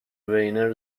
وینر